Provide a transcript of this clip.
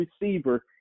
receiver